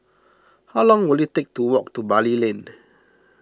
how long will it take to walk to Bali Lane